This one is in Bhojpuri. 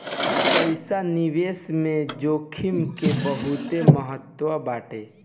पईसा निवेश में जोखिम के बहुते महत्व बाटे